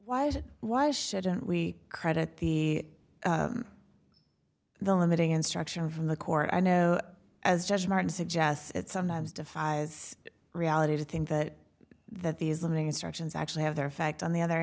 and why shouldn't we credit the the limiting instruction from the court i know as judge martin suggests it sometimes defies reality to think that that these living instructions actually have their effect on the other